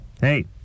Hey